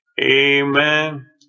Amen